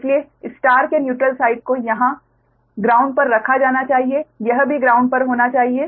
इसलिए स्टार के neutral side को यहां ग्राउंड पर रखा जाना चाहिए यह भी ग्राउंड होना चाहिए